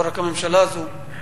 לא רק הממשלה הזאת,